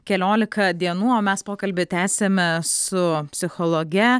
keliolika dienų o mes pokalbį tęsiame su psichologe